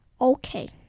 Okay